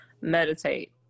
meditate